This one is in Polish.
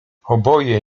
oboje